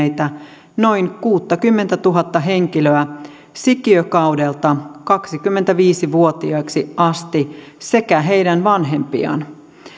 tuhatyhdeksänsataakahdeksankymmentäseitsemän syntyneitä noin kuusikymmentätuhatta henkilöä sikiökaudelta kaksikymmentäviisi vuotiaiksi asti sekä heidän vanhempiaan